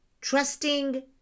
trusting